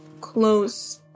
close